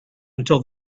until